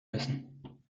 müssen